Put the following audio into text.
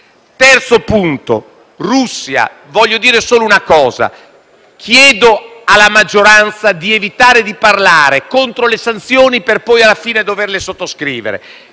riguardante la Russia. Voglio dire solo una cosa. Chiedo alla maggioranza di evitare di parlare contro le sanzioni salvo poi, alla fine, doverle sottoscriverle.